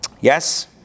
Yes